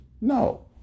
No